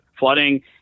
flooding